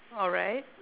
alright